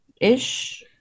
ish